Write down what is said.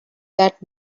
that